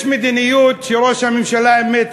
יש מדיניות שראש הממשלה אימץ,